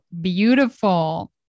beautiful